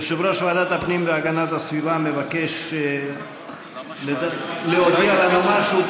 יושב-ראש ועדת הפנים והגנת הסביבה מבקש להודיע לנו משהו.